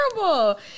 terrible